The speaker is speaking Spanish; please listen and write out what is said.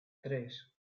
tres